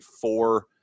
four